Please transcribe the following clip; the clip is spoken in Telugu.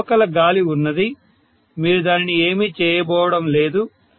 చుట్టుపక్కల గాలి ఉన్నది మీరు దానిని ఏమీ చేయబోవడం లేదు